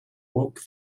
woke